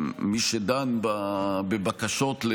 מי שדן בבקשות כאלה.